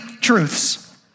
truths